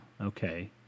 Okay